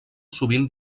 sovint